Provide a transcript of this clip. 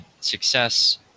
success